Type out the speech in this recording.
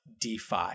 DeFi